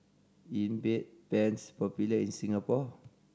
is Bedpans popular in Singapore